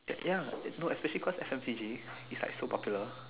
ya no especially because S_M_T_G is like so popular